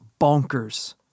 bonkers